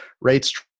rates